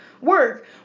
work